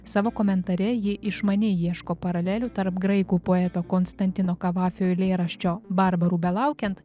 savo komentare ji išmaniai ieško paralelių tarp graikų poeto konstantino kavafio eilėraščio barbarų belaukiant